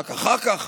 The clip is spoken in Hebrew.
ורק אחר כך